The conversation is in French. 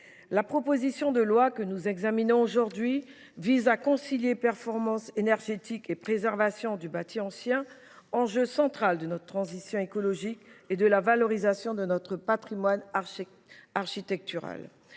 la proposition de loi que nous examinons aujourd’hui vise à concilier performance énergétique et préservation du bâti ancien, un enjeu central de notre transition écologique et de la valorisation de notre patrimoine architectural.